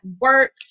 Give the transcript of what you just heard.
work